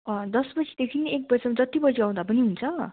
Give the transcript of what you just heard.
दस बजीदेखि एक बजीसम्म जति बजी आउँदा पनि हुन्छ